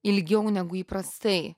ilgiau negu įprastai